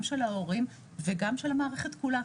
גם של ההורים וגם של המערכת כולה,